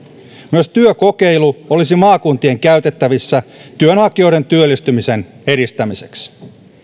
myös työkokeilu olisi maakuntien käytettävissä työnhakijoiden työllistymisen edistämiseksi